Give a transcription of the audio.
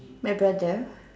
my brother